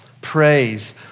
praise